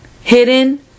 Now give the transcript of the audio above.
Hidden